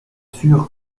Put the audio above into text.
sûr